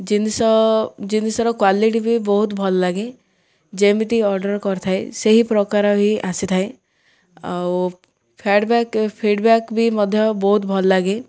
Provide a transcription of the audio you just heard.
ଜିନିଷ ଜିନିଷର କ୍ଵାଲିଟି ବି ବହୁତ ଭଲ ଲାଗେ ଯେମିତି ଅର୍ଡ଼ର୍ କରିଥାଏ ସେହି ପ୍ରକାର ହି ଆସି ଥାଏ ଆଉ ଫ୍ୟାଡ଼ବ୍ୟାକ୍ ଫିଡ଼ବ୍ୟାକ୍ ବି ମଧ୍ୟ ବହୁତ ଭଲ ଲାଗେ